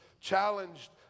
challenged